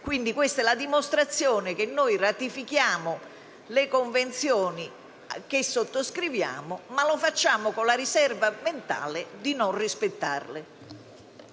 Questa è pertanto la dimostrazione che ratifichiamo le Convenzioni che sottoscriviamo, ma lo facciamo con la riserva mentale di non rispettarle.